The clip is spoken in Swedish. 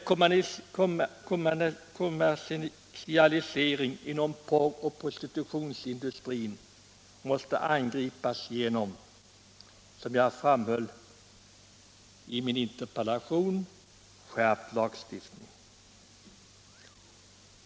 Kommersialiseringen inom porr och prostitutionsindustrin måste angripas genom, som jag framhöll i min interpellation, skärpt lagstiftning.